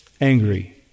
angry